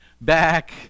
back